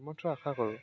সমৰ্থন আশা কৰোঁ